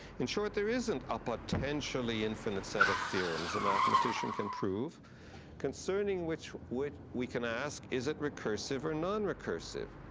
in short, there isn't a potentially infinite set of theorems a mathematician can prove concerning which which we can ask, is it recursive, or non-recursive?